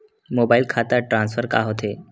Mobile खाता transfer का होथे?